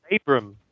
Abram